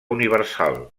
universal